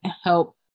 help